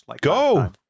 Go